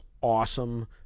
awesome